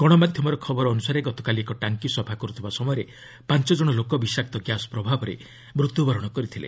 ଗଣମାଧ୍ୟମର ଖବର ଅନୁସାରେ ଗତକାଲି ଏକ ଟାଙ୍କି ସଫା କରୁଥିବା ସମୟରେ ପାଞ୍ଚ ଜଣ ଲୋକ ବିଶାକ୍ତ ଗ୍ୟାସ୍ ପ୍ରଭାବରେ ମୃତ୍ୟୁ ବରଣ କରିଥିଲେ